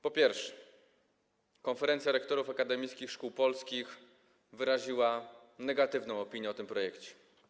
Po pierwsze, Konferencja Rektorów Akademickich Szkół Polskich wyraziła negatywną opinię o tym projekcie.